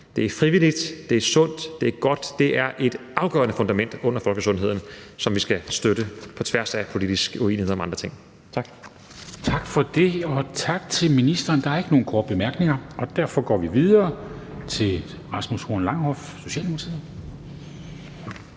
Det er frivilligt, det er sundt, det er godt, det er et afgørende fundament for folkesundheden, som vi skal støtte på tværs af politisk uenighed om andre ting. Tak. Kl. 19:13 Formanden (Henrik Dam Kristensen): Tak til ministeren. Der er ikke nogen korte bemærkninger. Derfor går vi videre til Rasmus Horn Langhoff, Socialdemokratiet.